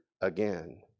again